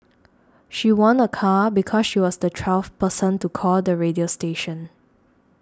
she won a car because she was the twelfth person to call the radio station